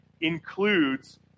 includes